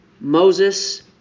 Moses